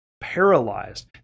paralyzed